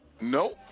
Nope